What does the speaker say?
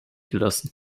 gelassen